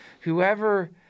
whoever